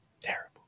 terrible